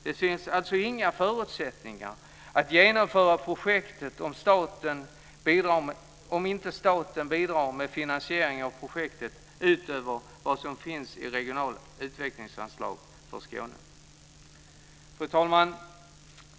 Det finns alltså inga förutsättningar för att genomföra projektet om inte staten bidrar med finansiering utöver det som finns i det regionala utvecklingsanslaget för Skåne. Fru talman!